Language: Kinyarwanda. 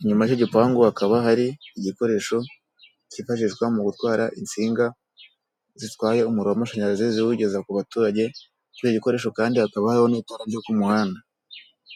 inyuma y'icyo gipangu hakaba hari igikoresho kifashishwa mu gutwara insinga zitwaye umuriro w'amashanyarazi ziwugeza ku baturage, kuri icyo gikoresho kandi hakaba hari n'itara ryo ku muhanda.